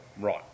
Right